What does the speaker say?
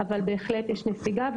אבל בהחלט יש נסיגה,